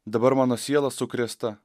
dabar mano siela sukrėsta